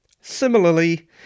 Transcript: Similarly